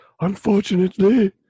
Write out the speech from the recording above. Unfortunately